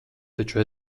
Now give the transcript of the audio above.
taču